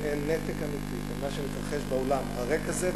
אין נתק אמיתי בין מה שמתרחש באולם הריק הזה,